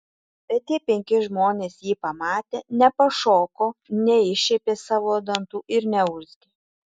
bet tie penki žmonės jį pamatę nepašoko neiššiepė savo dantų ir neurzgė